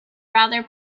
rather